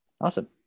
Awesome